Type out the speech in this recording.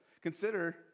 Consider